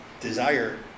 desire